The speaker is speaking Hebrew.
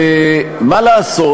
ומה לעשות,